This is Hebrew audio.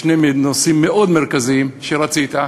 בשני נושאים מאוד מרכזיים שרצית,